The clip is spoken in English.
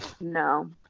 No